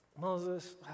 Moses